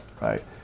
right